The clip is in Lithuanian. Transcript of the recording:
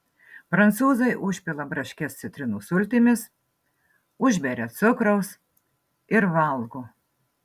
prancūzai užpila braškes citrinų sultimis užberia cukraus ir valgo